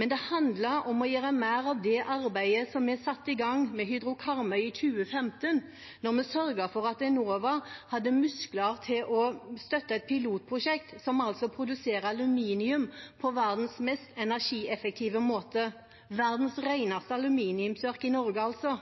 men det handler om å gjøre mer av det arbeidet vi satte i gang med Hydro Karmøy i 2015, da vi sørget for at Enova hadde muskler til å støtte et pilotprosjekt som produserer aluminium på verdens mest energieffektive måte. Verdens reneste aluminiumsverk i Norge, altså!